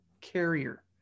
carrier